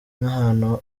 nk’ahantu